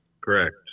Correct